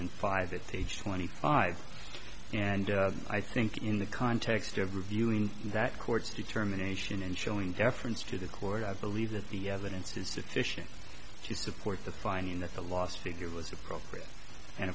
and five that stage twenty five and i think in the context of reviewing that court's determination and showing deference to the court i believe that the evidence is sufficient to support the finding that the last figure was appropriate and